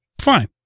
fine